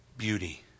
beauty